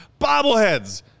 bobbleheads